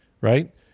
right